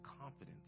confidence